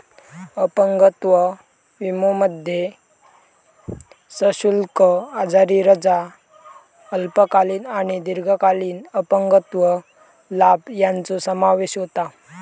अपंगत्व विमोमध्ये सशुल्क आजारी रजा, अल्पकालीन आणि दीर्घकालीन अपंगत्व लाभ यांचो समावेश होता